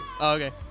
Okay